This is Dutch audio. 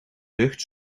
lucht